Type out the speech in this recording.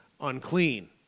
unclean